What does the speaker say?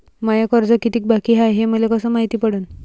माय कर्ज कितीक बाकी हाय, हे मले कस मायती पडन?